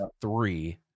three